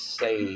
say